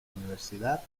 universidad